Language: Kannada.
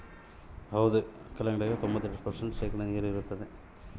ಕಲ್ಲಂಗಡ್ಯಾಗ ತೊಂಬತ್ತೆರೆಡು ಶೇಕಡಾ ನೀರಿನ ಪ್ರಮಾಣ ಇರತಾದ